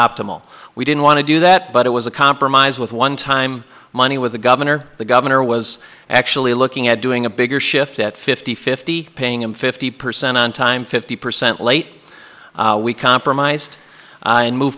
optimal we didn't want to do that but it was a compromise with one time money with the governor the governor was actually looking at doing a bigger shift at fifty fifty paying him fifty percent on time fifty percent late we compromised and move